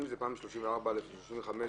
אם זה פעם על 34(א) ופעם על 35(א),